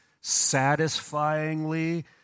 satisfyingly